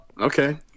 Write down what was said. okay